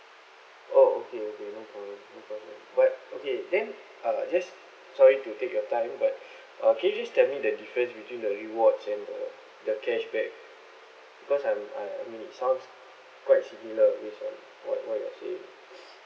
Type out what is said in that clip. oh okay okay no problem no problem but okay then uh just sorry to take your time but uh can you just tell me the difference between the rewards and the the cashback because I'm I mean it sounds quite similar based on what what you are saying